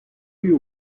you